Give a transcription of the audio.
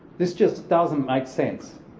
this just doesn't make sense.